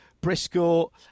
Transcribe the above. Briscoe